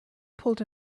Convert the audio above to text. pulled